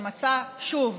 שמצא שוב,